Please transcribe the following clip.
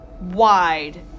wide